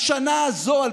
בשנה הזאת,